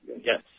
Yes